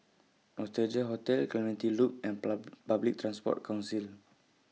Nostalgia Hotel Clementi Loop and Pub Public Transport Council